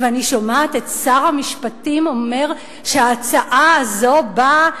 ואני שומעת את שר המשפטים אומר שההצעה הזאת באה,